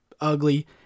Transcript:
ugly